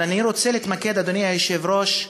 אני רוצה להתמקד, אדוני היושב-ראש,